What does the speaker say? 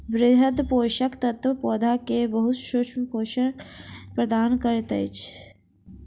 वृहद पोषक तत्व पौधा के बहुत सूक्ष्म पोषण प्रदान करैत अछि